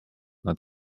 nad